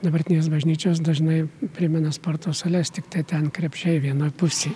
dabartinės bažnyčios dažnai primena sporto sales tiktai ten krepšiai vienoj pusėj